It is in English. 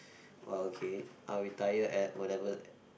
!wah! okay I will retire at whatever